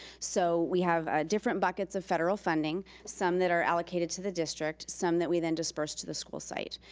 so we have different buckets of federal funding. some that are allocated to the district, some that we then disperse to the school site.